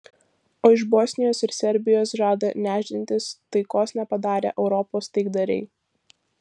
o iš bosnijos ir serbijos žada nešdintis taikos nepadarę europos taikdariai